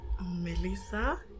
Melissa